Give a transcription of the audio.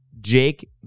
Jake